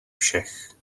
všech